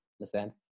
understand